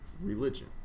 religion